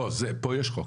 לא, פה יש חוק.